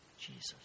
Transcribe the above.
Jesus